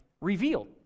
reveal